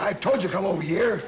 i told you come over here